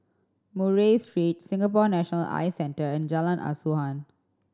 Murray Street Singapore National Eye Centre and Jalan Asuhan